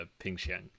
Pingxiang